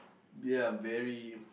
they're very